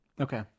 Okay